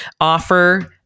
offer